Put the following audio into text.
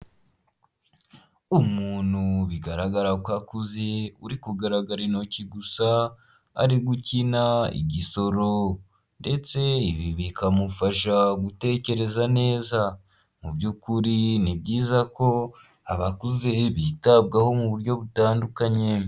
Umuntu bigaragara ko akuze uri kugaragara intoki gusa ari gukina igisoro ndetse ibi bikamufasha gutekereza neza, mu by'ukuri ni byiza ko abakuze bitabwaho mu buryo butandukanye.